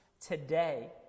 today